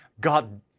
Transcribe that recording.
God